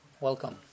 Welcome